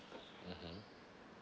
mmhmm